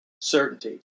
certainty